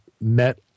met